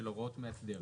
של הוראות מאסדר,